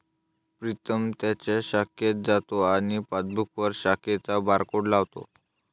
प्रीतम त्याच्या शाखेत जातो आणि पासबुकवर शाखेचा बारकोड लावतो